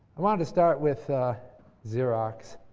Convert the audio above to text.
i wanted to start with xerox.